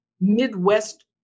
Midwest